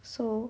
so